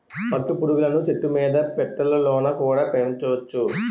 పట్టు పురుగులను చెట్టుమీద పెట్టెలలోన కుడా పెంచొచ్చును